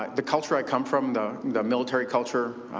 like the culture i come from, the the military culture,